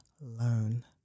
learn